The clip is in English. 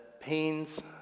pains